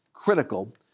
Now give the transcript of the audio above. critical